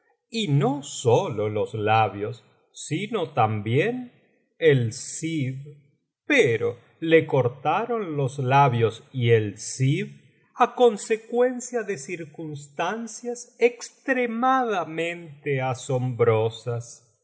y no sólo los labios sino tam bien el zib pero le cortaron los labios y el zib á consecuencia de circunstancias extremadamente asombrosas